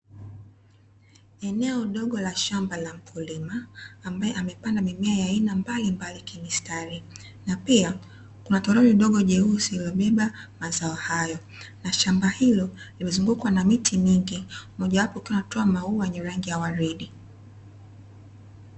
Eneo dogo la shamba la mkulima ambaye amepanda mimea ya aina mbalimbali kimstari na pia kuna tolori dogo jeusi lililobeba mazao hayo, na shamba hilo limezungukwa na miti mingi mojawapo ukiwa unatoa mauwa yenye rangi ya waridi.